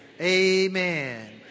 amen